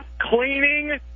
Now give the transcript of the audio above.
cleaning